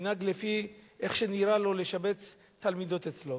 ינהג לפי איך שנראה לו לשבץ תלמידות אצלו.